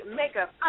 makeup